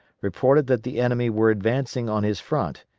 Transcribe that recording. reported that the enemy were advancing on his front,